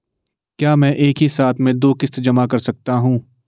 क्या मैं एक ही साथ में दो किश्त जमा कर सकता हूँ?